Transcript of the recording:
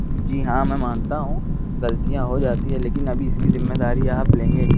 جی ہاں میں مانتا ہوں غلطیاں ہو جاتی ہیں لیکن ابھی اس کی ذمہ داری آپ لیں گے